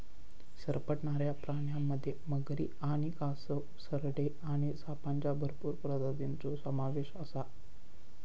सरपटणाऱ्या प्राण्यांमध्ये मगरी आणि कासव, सरडे आणि सापांच्या भरपूर प्रजातींचो समावेश आसा